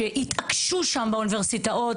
כאשר התעקשו באוניברסיטאות,